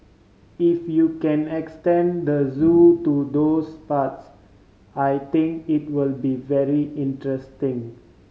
if you can extend the zoo to those parts I think it will be very interesting